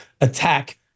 attack